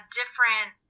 different